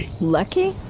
Lucky